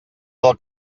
del